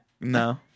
No